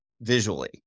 visually